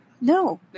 No